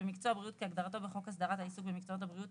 ,במקצוע בריאות כהגדרתו בחוק הסדרת העיסוק במקצועות הבריאות,